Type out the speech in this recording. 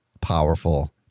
powerful